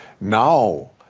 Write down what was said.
Now